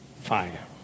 fire